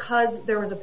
because there was a